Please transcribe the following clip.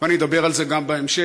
ואני אדבר על זה גם בהמשך.